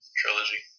trilogy